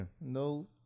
No